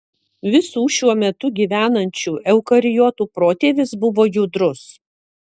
visų šiuo metu gyvenančių eukariotų protėvis buvo judrus